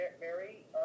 Mary